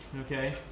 okay